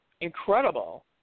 incredible